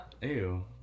Ew